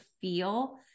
feel